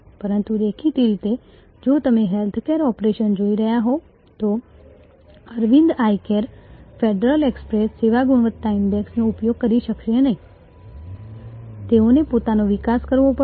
પરંતુ દેખીતી રીતે જો તમે હેલ્થકેર ઓપરેશન જોઈ રહ્યા હોવ તો Aravind eye care federal express સેવા ગુણવત્તા ઈન્ડેક્સનો ઉપયોગ કરી શકશે નહીં તેઓએ પોતાનો વિકાસ કરવો પડશે